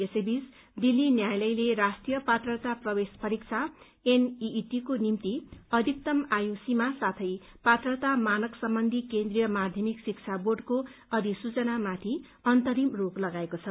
यसैबीच दिल्ली न्यायालयले राष्ट्रीय पात्रता प्रवेश परीक्षा एनईईटी को निम्ति अधिकतम आयु सीमा साथै पात्रता मानक सम्बन्धी केन्द्रीय माध्यमिक शिक्षा बोर्डको अधिसूचनामाथि अन्तरिम रोक लगाएको छ